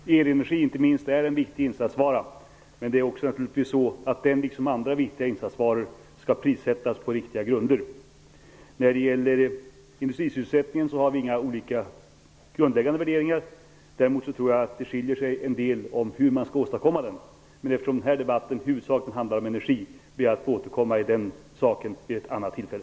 Herr talman! Inte minst elenergi är en viktig insatsvara. Men den, liksom andra viktiga insatsvaror, skall naturligtvis prissättas på riktiga grunder. Vi har inte olika grundläggande värderingar när det gäller industrisysselsättningen. Däremot tror jag att vi skiljer oss åt i fråga om hur den skall åstadkommas. Eftersom den här debatten i huvudsak handlar om energi ber jag att få återkomma om den saken vid ett annat tillfälle.